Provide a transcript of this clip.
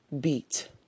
beat